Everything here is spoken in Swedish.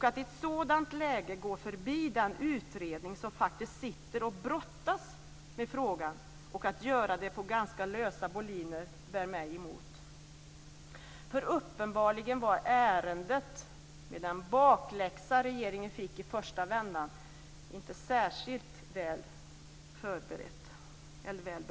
Att i ett sådant läge gå förbi den utredning som faktiskt brottas med frågan och att göra det på ganska lösa boliner bär mig emot. Uppenbarligen var ärendet, med den bakläxa som regeringen i första vändan fick, inte särskilt väl berett.